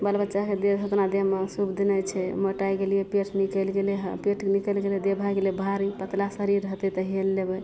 बाल बच्चा होइत देहमे एतना सुब्ध नहि छै मोटाइ गेलियै पेट निकलि गेलय हँ पेट निकलि गेलय देह भए गेलय भारी पतला शरीर रहतय तऽ हेल लेबय